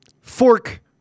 Fork